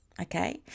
okay